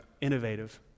innovative